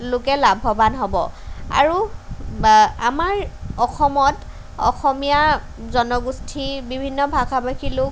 লোকে লাভৱান হ'ব আৰু বা আমাৰ অসমত অসমীয়া জনগোষ্ঠী বিভিন্ন ভাষা ভাষী লোক